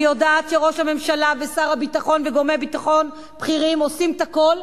אני יודעת שראש הממשלה ושר הביטחון וגורמי ביטחון בכירים עושים את הכול,